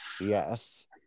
yes